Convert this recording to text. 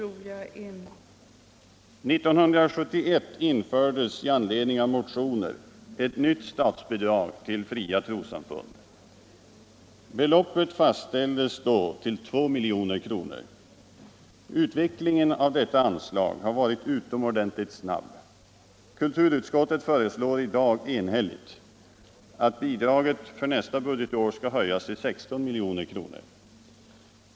År 1971 infördes i anledning av motioner ett nytt statsbidrag till fria trossamfund. Beloppet fastställdes då till 2 milj.kr. Utvecklingen av detta anslag har varit utomordentligt snabb. Kulturutskottet föreslår i dag enhälligt att bidraget för nästa budgetår skall höjas till 16 milj.kr.